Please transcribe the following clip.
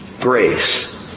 Grace